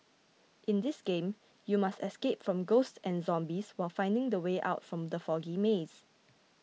in this game you must escape from ghosts and zombies while finding the way out from the foggy maze